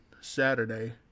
saturday